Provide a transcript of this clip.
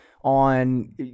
on